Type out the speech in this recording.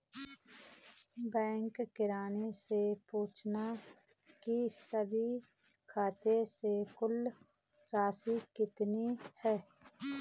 bank किरानी से पूछना की सभी खाते से कुल राशि कितनी है